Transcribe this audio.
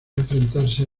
enfrentarse